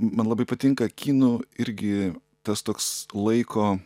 man labai patinka kinų irgi tas toks laiko